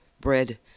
bread